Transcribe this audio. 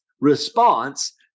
Response